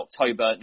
October